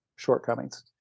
Shortcomings